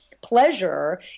pleasure